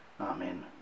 Amen